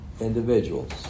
individuals